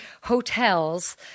hotels